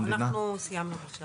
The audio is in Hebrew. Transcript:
אנחנו סיימנו בשלב הזה.